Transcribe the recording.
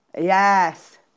Yes